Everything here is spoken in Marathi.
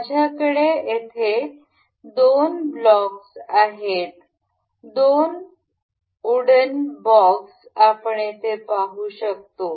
माझ्याकडे येथे दोन ब्लॉक्स आहेत दोन वूडन लाकडी बॉक्स आपण येथे पाहू शकतो